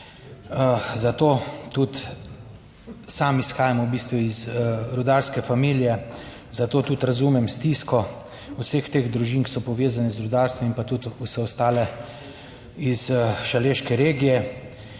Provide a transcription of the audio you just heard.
zato tudi sam izhajam v bistvu iz rudarske familije, zato tudi razumem stisko vseh teh družin, ki so povezane z rudarstvom in pa tudi vse ostale iz Šaleške regije